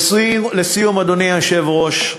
לסיום, אדוני היושב-ראש,